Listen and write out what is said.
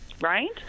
Right